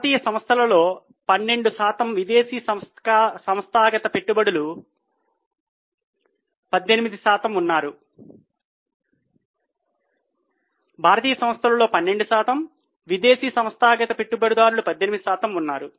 భారతీయ సంస్థలలో 12 శాతం విదేశీ సంస్థాగత పెట్టుబడిదారులు 18 శాతం ఉన్నారు